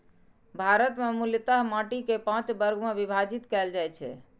भारत मे मूलतः माटि कें पांच वर्ग मे विभाजित कैल जाइ छै